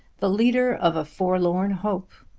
the leader of a forlorn hope,